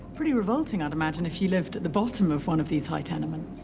pretty revolting, i'd imagine, if you lived at the bottom of one of these high tenements.